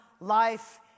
life